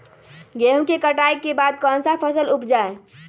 गेंहू के कटाई के बाद कौन सा फसल उप जाए?